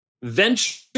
venture